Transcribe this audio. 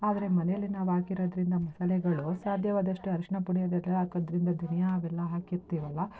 ಆದರೆ ಮನೆಯಲ್ಲೇ ನಾವು ಹಾಕಿರೋದ್ರಿಂದ ಮಸಾಲೆಗಳು ಸಾಧ್ಯವಾದಷ್ಟು ಅರಶಿನ ಪುಡಿ ಅದೆಲ್ಲ ಹಾಕೋದ್ರಿಂದ ಧನಿಯಾ ಅವೆಲ್ಲ ಹಾಕಿರ್ತೀವಲ್ಲ